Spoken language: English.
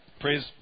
Praise